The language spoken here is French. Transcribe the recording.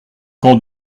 quand